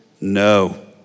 No